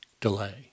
delay